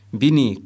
bini